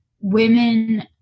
women